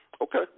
Okay